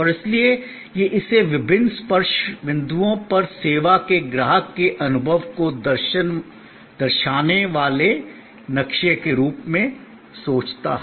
और इसलिए यह इसे विभिन्न स्पर्श बिंदुओं पर सेवा के ग्राहक के अनुभव को दर्शाने वाले नक्शे के रूप में सोचता है